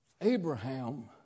Abraham